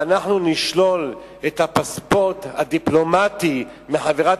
ולא נשלול את הפספורט הדיפלומטי מחברת